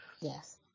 Yes